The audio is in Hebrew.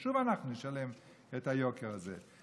ושוב אנחנו נשלם את היוקר הזה.